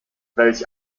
welch